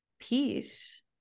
peace